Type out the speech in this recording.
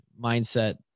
mindset